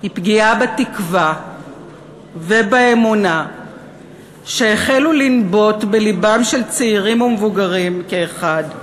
היא פגיעה בתקווה ובאמונה שהחלו לנבוט בלבם של צעירים ומבוגרים כאחד,